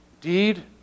deed